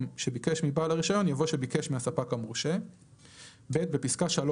"שביקש מבעל הרישיון" יבוא "שביקש מהספק המורשה"; בפסקה (3),